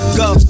go